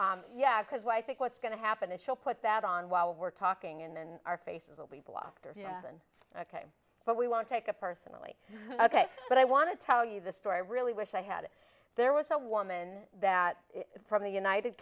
yeah yeah because i think what's going to happen is she'll put that on while we're talking and then our faces will be blocked or been ok but we won't take it personally ok but i want to tell you the story i really wish i had there was a woman that from the united